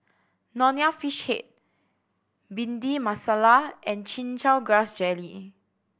Nonya Fish Head Bhindi Masala and Chin Chow Grass Jelly